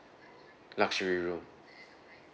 luxury room